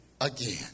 again